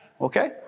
Okay